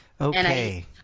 Okay